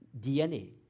DNA